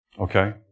Okay